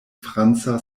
franca